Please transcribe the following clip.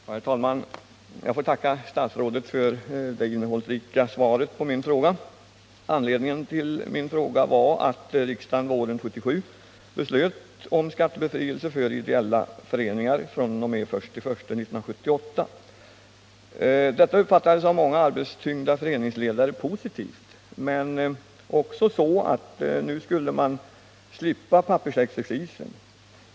Herr talman! Jag får tacka statsrådet för det innehållsrika svaret på min fråga. Anledningen till min fråga var att riksdagen våren 1977 beslöt om skattebefrielse för ideella föreningar fr.o.m. den 1 januari 1978. Detta uppfattades av många arbetstyngda föreningsledare positivt och även så, att man nu skulle slippa pappersexercisen.